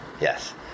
Yes